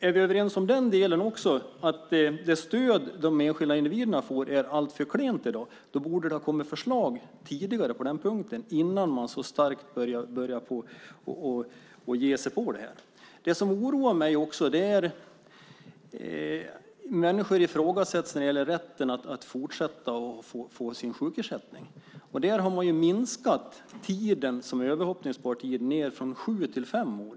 Är vi överens om att det stöd som de enskilda individerna får är alltför klent i dag borde det ha kommit förslag innan man så starkt började ge sig på det här. Det som också oroar mig är att människor ifrågasätts när det gäller rätten att fortsätta få sin sjukersättning. Där har man minskat tiden som är överhoppningsbar från sju till fem år.